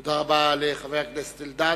תודה רבה לחבר הכנסת אלדד.